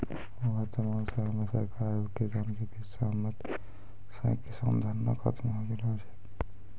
वर्तमान समय मॅ सरकार आरो किसान के बीच सहमति स किसान धरना खत्म होय गेलो छै